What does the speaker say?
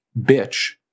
Bitch